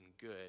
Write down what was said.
good